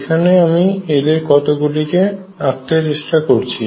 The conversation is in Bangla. এখানে আমি এদের কতগুলি কে আঁকতে চেষ্টা করছি